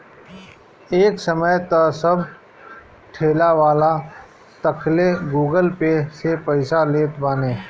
एक समय तअ सब ठेलावाला तकले गूगल पे से पईसा लेत बाने